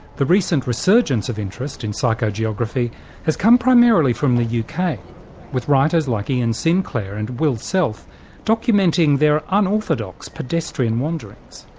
the recent resurgence of interest in psychogeography has come primarily from the uk, kind of with writers like ian sinclair and will self documenting their unorthodox pedestrian wanderings.